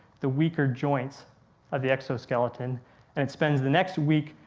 the weaker joints of the exoskeleton and spends the next week,